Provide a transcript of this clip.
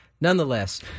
Nonetheless